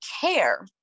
care